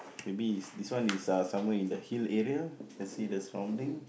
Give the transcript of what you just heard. maybe is this one is uh somewhere in the hill area can see the surrounding